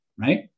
Right